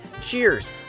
Cheers